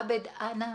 עבד, אנא,